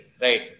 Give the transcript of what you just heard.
right